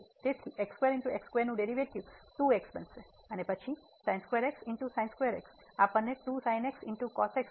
તેથી નું derivative 2x બનશે અને પછી આપણને આપશે